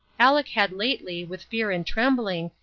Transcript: aleck had lately, with fear and trembling,